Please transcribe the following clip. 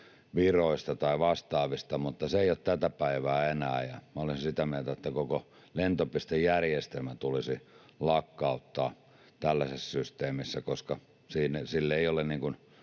viroista tai vastaavista, mutta se ei ole enää tätä päivää, ja olen sitä mieltä, että koko lentopistejärjestelmä tulisi lakkauttaa tällaisessa systeemissä, koska siitä ei ole